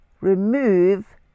remove